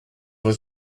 were